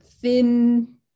thin